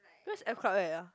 where's F-club at ah